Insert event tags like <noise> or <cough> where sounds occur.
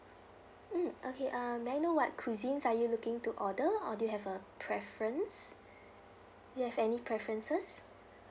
mm okay um may I know what cuisines are you looking to order or do you have a preference <breath> do you have any preferences